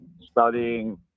studying